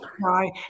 Right